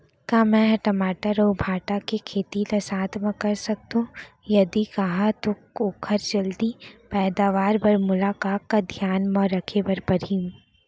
का मै ह टमाटर अऊ भांटा के खेती ला साथ मा कर सकथो, यदि कहाँ तो ओखर जलदी पैदावार बर मोला का का धियान मा रखे बर परही?